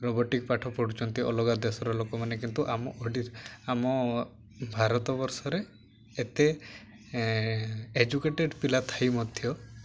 robotic ପାଠ ପଢ଼ୁଛନ୍ତି ଅଲଗା ଦେଶର ଲୋକମାନେ କିନ୍ତୁ ଆମ ଆମ ଭାରତବର୍ଷରେ ଏତେ ଏଜୁକେଟେଡ଼ ପିଲା ଥାଇ ମଧ୍ୟ